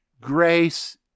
grace